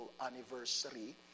anniversary